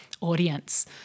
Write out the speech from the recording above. audience